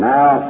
Now